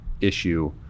issue